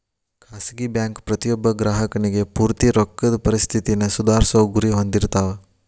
ಖಾಸಗಿ ಬ್ಯಾಂಕ್ ಪ್ರತಿಯೊಬ್ಬ ಗ್ರಾಹಕನಿಗಿ ಪೂರ್ತಿ ರೊಕ್ಕದ್ ಪರಿಸ್ಥಿತಿನ ಸುಧಾರ್ಸೊ ಗುರಿ ಹೊಂದಿರ್ತಾವ